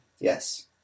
Yes